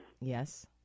yes